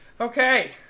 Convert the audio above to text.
Okay